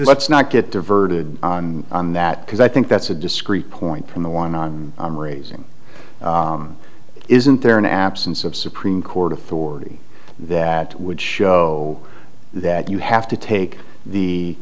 let's not get diverted on that because i think that's a discrete point from the one on raising isn't there an absence of supreme court authority that would show that you have to take the